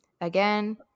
Again